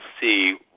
see